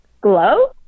glow